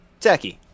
Techie